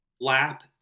lap